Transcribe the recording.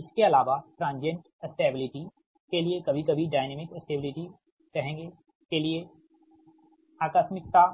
इसके अलावा transient stability के लिए कभी कभी डायनेमिक स्टेबिलिटी कहेंगे के लिएआकस्मिकता